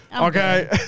Okay